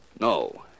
No